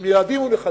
עם ילדים ונכדים,